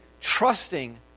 trusting